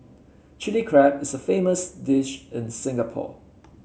Chilli Crab is a famous dish in Singapore